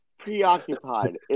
Preoccupied